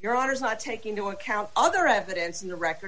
your honor is not taking into account other evidence in the record